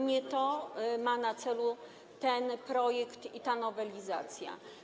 Nie to ma na celu ten projekt, ta nowelizacja.